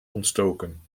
ontstoken